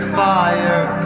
fire